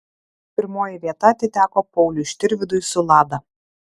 pirmoji vieta atiteko pauliui štirvydui su lada